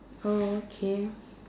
oh okay